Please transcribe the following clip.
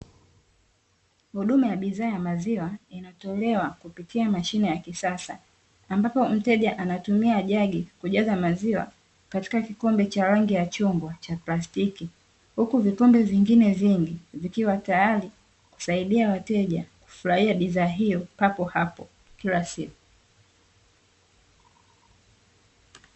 Huduma ya bidhaa ya maziwa yanatolewa kupitia mashine ya kisasa, ambapo mteja anatumia jagi kujaza maziwa katika kikombe cha rangi ya chombo cha plastiki. Huku vikombe vingine vingi vikiwa tayari kusaidia wateja kufurahia bidhaa hiyo papo hapo kila siku.